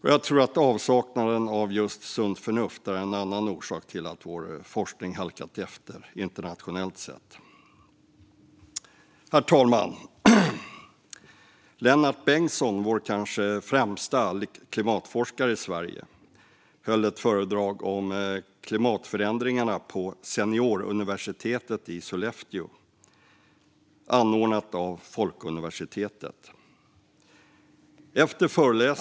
Jag tror att avsaknaden av just sunt förnuft är en annan orsak till att vår forskning har halkat efter internationellt sett. Herr talman! Lennart Bengtsson, vår kanske främsta klimatforskare i Sverige, höll ett föredrag om klimatförändringarna vid Senioruniversitetet i Sollefteå, anordnat av Folkuniversitetet.